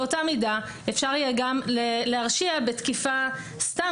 באותה מידה אפשר יהיה גם להרשיע בתקיפה סתם